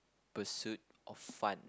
pursuit of fun